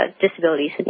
disabilities